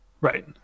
Right